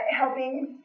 helping